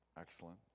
Excellent